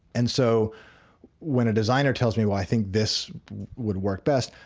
and so when a designer tells me why i think this would work best,